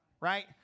right